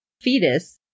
fetus